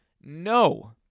No